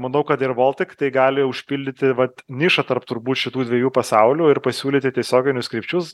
manau kad ir voltik tai gali užpildyti vat nišą tarp turbūt šitų dviejų pasaulių ir pasiūlyti tiesioginius krypčius